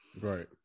right